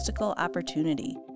opportunity